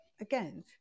again